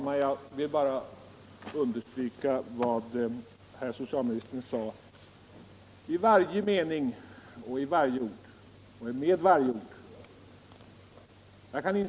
Herr talman! Jag kan helt instämma i vad socialministern sade, mening för mening och ord för ord.